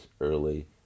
early